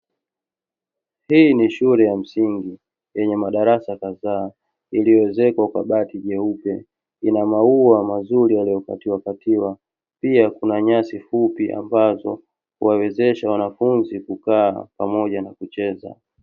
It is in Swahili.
Hii ni shule ya msingi yenye madarasa kadhaa, iliyoezekwa kwa bati nyeupe, ina maua mazuri yaliyokatiwakatiwa, pia kuna nyasi fupi ambazo huwawezesha wanafunzi kukaa pamoja na kucheza.